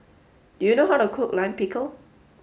do you know how to cook Lime Pickle